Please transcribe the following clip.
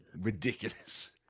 ridiculous